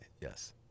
Yes